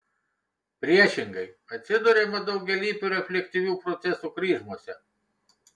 priešingai atsiduriama daugialypių reflektyvių procesų kryžmose